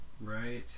Right